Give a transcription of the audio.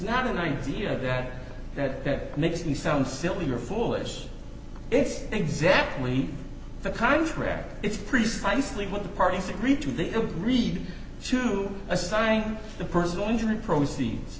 not an idea that that makes me sound silly or foolish it's exactly the contrary it's precisely what the parties agreed to they could read to assign the personal injury proceeds